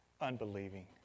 unbelieving